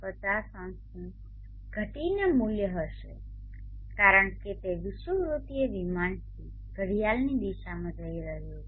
500 નું ઘટીને મૂલ્ય હશે કારણ કે તે વિષુવવૃત્ત વિમાનથી ઘડિયાળની દિશામાં જઈ રહ્યું છે